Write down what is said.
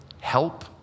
help